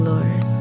Lord